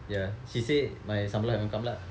ya she say my சம்பளம்:sambalam haven't come lah